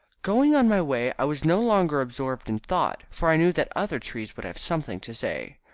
going on my way i was no longer absorbed in thought, for i knew that other trees would have something to say.